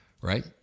right